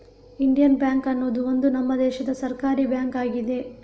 Indian bank ಅನ್ನುದು ಒಂದು ನಮ್ಮ ದೇಶದ ಸರ್ಕಾರೀ ಬ್ಯಾಂಕು ಆಗಿದೆ